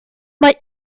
mae